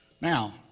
Now